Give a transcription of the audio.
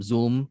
Zoom